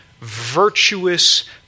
virtuous